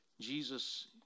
jesus